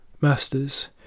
Masters